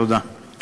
תודה רבה.